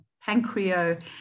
pancreas